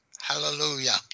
hallelujah